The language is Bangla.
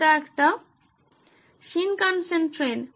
এটি একটি শিনকানসেন ট্রেন